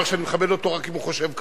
שאני מכבד אותו רק אם הוא חושב כמוני.